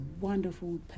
wonderful